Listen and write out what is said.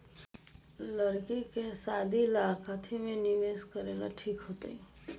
लड़की के शादी ला काथी में निवेस करेला ठीक होतई?